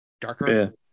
darker